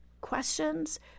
questions